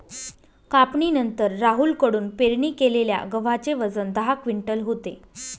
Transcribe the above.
कापणीनंतर राहुल कडून पेरणी केलेल्या गव्हाचे वजन दहा क्विंटल होते